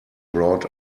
brought